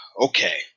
Okay